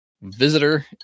visitor